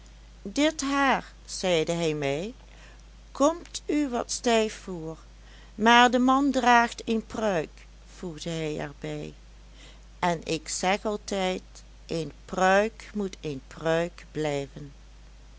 dit haar zeide hij mij komt u wat stijf voor maar de man draagt een pruik voegde hij er bij en ik zeg altijd een pruik moet een pruik blijven